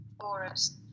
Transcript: forest